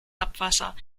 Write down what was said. abwasser